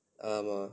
ஆமாம்:aamaam